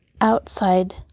Outside